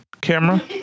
camera